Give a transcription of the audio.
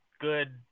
good